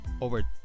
over